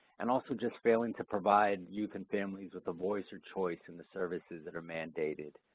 and also just failing to provide youth and families with a voice or choice in the services that are mandated.